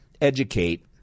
educate